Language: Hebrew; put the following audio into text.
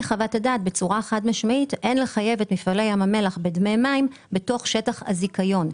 כשלפי חוות הדעת אין לחייב את מפעלי המים בדמי מים בתוך שטח הזיכיון.